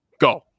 Go